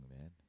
man